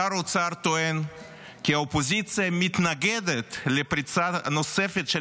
שר האוצר טוען כי האופוזיציה מתנגדת לפריצה נוספת של